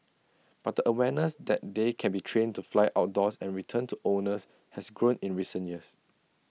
but the awareness that they can be trained to fly outdoors and return to owners has grown in recent years